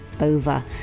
over